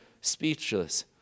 speechless